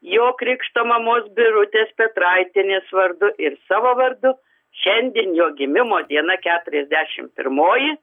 jo krikšto mamos birutės petraitienės vardu ir savo vardu šiandien jo gimimo diena keturiasdešim pirmoji